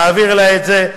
תעביר לה את זה,